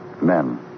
men